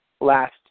last